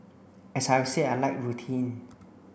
as I have said I like routine